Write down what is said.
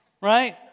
right